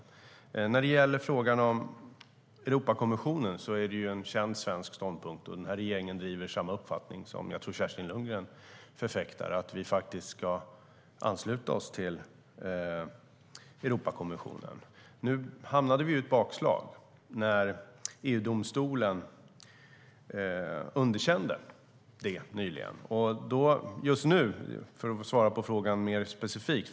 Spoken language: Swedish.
Nu hamnade vi i ett bakslag när EU-domstolen underkände detta nyligen. Jag ska svara på frågan mer specifikt.